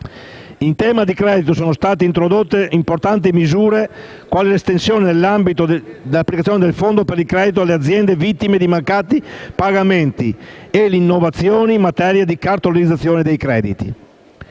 In tema di credito, sono state introdotte importanti misure quali l'estensione dell'ambito di applicazione del Fondo per il credito alle aziende vittime di mancati pagamenti e le innovazioni in tema di cartolarizzazione dei crediti.